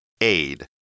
Aid